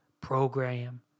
program